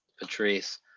patrice